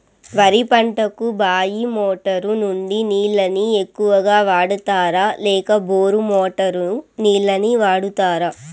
వరి పంటకు బాయి మోటారు నుండి నీళ్ళని ఎక్కువగా వాడుతారా లేక బోరు మోటారు నీళ్ళని వాడుతారా?